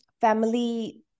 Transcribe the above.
family